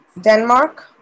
Denmark